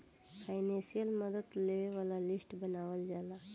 financial मदद लेबे वाला लिस्ट बनावल जाला